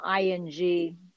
ING